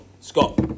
Scott